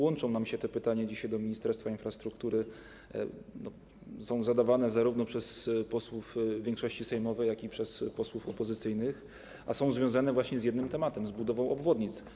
Łączą nam się dzisiaj te pytania do Ministerstwa Infrastruktury, są zadawane zarówno przez posłów większości sejmowej, jak i przez posłów opozycyjnych, a są związane z jednym tematem - z budową obwodnic.